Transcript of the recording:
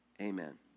amen